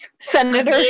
Senator